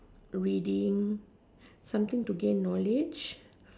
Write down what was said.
reading something to gain knowledge